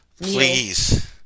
Please